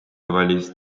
valis